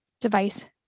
device